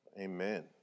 Amen